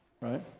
right